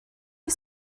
you